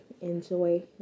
enjoy